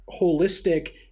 holistic